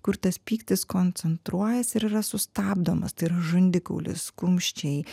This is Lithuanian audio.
kur tas pyktis koncentruojasi ir yra sustabdomas tai yra žandikaulis kumščiai